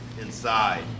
inside